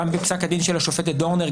גם בפסק הדין של השופטת דורנר,